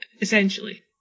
essentially